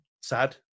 sad